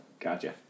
gotcha